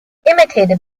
imitated